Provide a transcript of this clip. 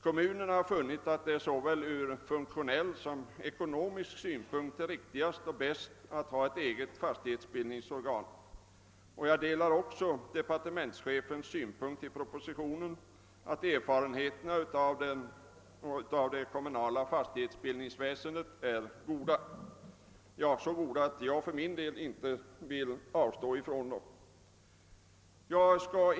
Kommunerna har funnit att det ur såväl funktionell som ekonomisk synpunkt är riktigast och bäst att ha ett eget fastighetsbildningsorgan. Jag delar också departementschefens i propositionen framförda synpunkt att erfarenheterna av det kommunala fastighetsbildningsväsendet är goda. Ja, jag anser att de är så goda att jag för min del inte vill att det skall avskaffas.